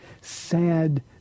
sad